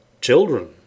Children